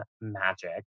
Magic